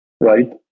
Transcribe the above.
right